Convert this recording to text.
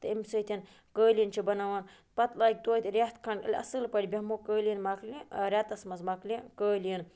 تہٕ امہِ سۭتۍ قٲلیٖن چھِ بَناوان پَتہٕ لاگہِ توتہِ رٮ۪تھ کھَنٛڈ ییٚلہِ اَصٕل پٲٹھۍ بیٚہمو قٲلیٖن مکلہِ رٮ۪تَس منٛز مَکلہِ قٲلیٖن